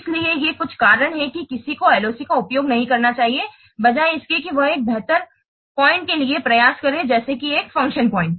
इसलिए ये कुछ कारण हैं कि किसी को LOC का उपयोग नहीं करना चाहिए बजाय इसके कि वह एक बेहतर पॉइंट के लिए प्रयास करें जैसे कि एक फ़ंक्शन पॉइंट